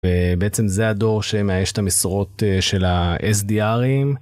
ובעצם זה הדור שמאייש את המשרות של ה-SDRים.